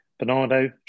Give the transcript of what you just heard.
Bernardo